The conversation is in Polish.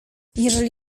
jeżeli